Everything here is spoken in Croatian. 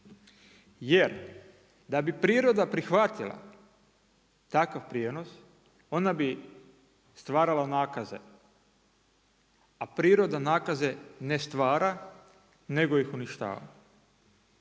Jer da bi priroda prihvatila takav prijenos, ona bi stvarala nakaze, a priroda nakaze ne stvara, nego ih uništava.